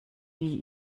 die